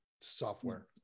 software